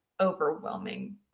overwhelming